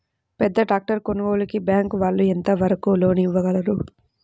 పెద్ద ట్రాక్టర్ కొనుగోలుకి బ్యాంకు వాళ్ళు ఎంత వరకు లోన్ ఇవ్వగలరు?